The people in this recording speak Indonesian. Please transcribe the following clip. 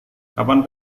kapan